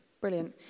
Brilliant